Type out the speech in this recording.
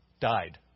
died